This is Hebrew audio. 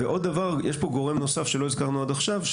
יש פה גורם נוסף שלא הזכרנו עד עכשיו,